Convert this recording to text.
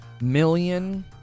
million